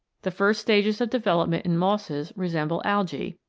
the first stages of development in mosses resemble algae,